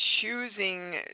choosing